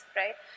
right